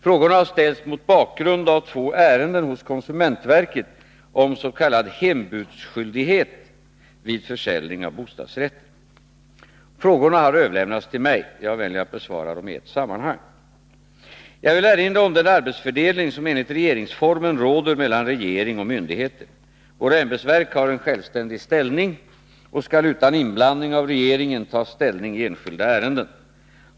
Frågorna har ställts mot bakgrund av två ärenden hos konsumentverket om s.k. hembudsskyldighet vid försäljning av bostadsrätter. Frågorna har överlämnats till mig. Jag väljer att besvara dem i ett sammanhang. Jag vill erinra om den arbetsfördelning som enligt regeringsformen råder mellan regering och myndigheter. Våra ämbetsverk har en självständig ställning och skall utan inblandning av regeringen fatta beslut i enskilda ärenden.